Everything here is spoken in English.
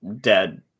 dead